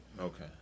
Okay